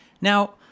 Now